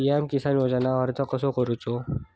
PM Kisan योजनेक अर्ज कसो करायचो?